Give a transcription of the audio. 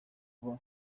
kuba